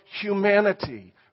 humanity